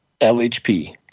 LHP